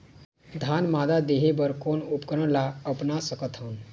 धान मादा देहे बर कोन उपकरण ला अपना सकथन?